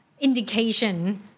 indication